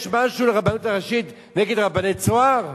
יש לרבנות הראשית משהו נגד רבני "צהר"?